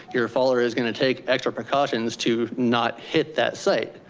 your faller is gonna take extra precautions to not hit that site,